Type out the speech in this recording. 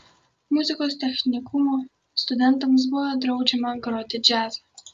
muzikos technikumo studentams buvo draudžiama groti džiazą